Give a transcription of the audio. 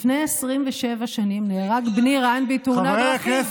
לפני 27 שנים נהרג בני רן בתאונת דרכים.